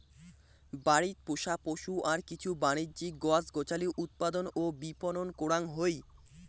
বাড়িত পোষা পশু আর কিছু বাণিজ্যিক গছ গছালি উৎপাদন ও বিপণন করাং হই